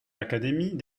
académies